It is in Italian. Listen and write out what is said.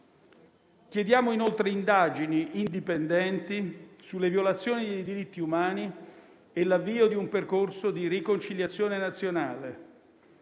Chiediamo inoltre indagini indipendenti sulle violazioni dei diritti umani e l'avvio di un percorso di riconciliazione nazionale.